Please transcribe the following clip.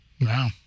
Wow